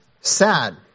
sad